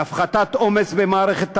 להפחתת עומס על מערכת הביוב,